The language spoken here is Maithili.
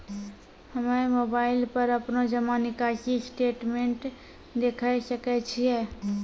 हम्मय मोबाइल पर अपनो जमा निकासी स्टेटमेंट देखय सकय छियै?